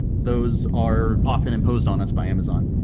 those are often imposed on us by amazon.